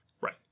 Right